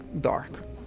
dark